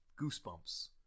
Goosebumps